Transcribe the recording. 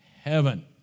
heaven